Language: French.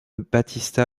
battista